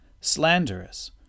slanderous